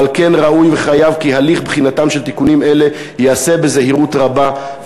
ועל כן ראוי וחייב כי הליך בחינתם של תיקונים אלה ייעשה בזהירות רבה.